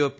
O P